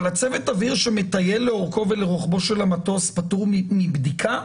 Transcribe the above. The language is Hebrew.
אבל צוות האוויר שמטייל לאורכו ולרוחבו של המטוס פטור מבדיקה?